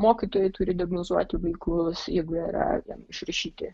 mokytojai turi diagnozuoti vaikus jeigu jie jie yra ten išrašyti